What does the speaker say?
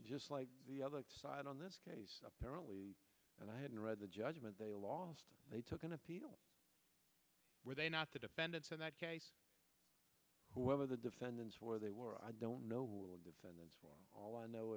just like the other side on this case apparently and i hadn't read the judgement they lost they took an appeal were they not the defendant so that whoever the defendants where they were i don't know will defendants all i know